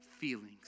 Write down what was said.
feelings